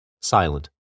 silent